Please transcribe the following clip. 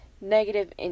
negative